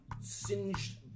singed